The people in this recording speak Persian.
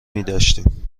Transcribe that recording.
میداشتیم